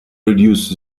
reduce